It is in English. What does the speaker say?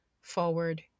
forward